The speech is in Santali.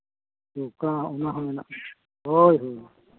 ᱚᱠᱟ ᱚᱱᱟ ᱦᱚᱸ ᱢᱮᱱᱟᱜᱼᱟ ᱦᱳᱭ ᱦᱳᱭ